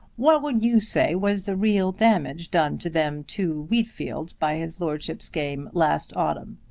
what would you say was the real damage done to them two wheat-fields by his lordship's game last autumn?